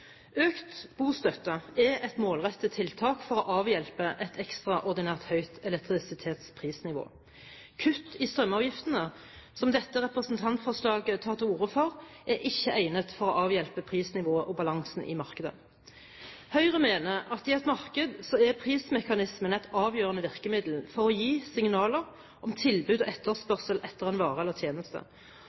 Økt bostøtte er et målrettet tiltak for å avhjelpe et ekstraordinært høyt elektrisitetsprisnivå. Kutt i strømavgiftene, som dette representantforslaget tar til orde for, er ikke egnet for å avhjelpe prisnivået og balansen i markedet. Høyre mener at i et marked er prismekanismen et avgjørende virkemiddel for å gi signaler om tilbud og etterspørsel etter en vare eller tjeneste,